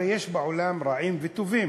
הרי יש בעולם רעים וטובים,